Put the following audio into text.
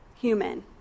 human